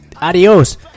Adios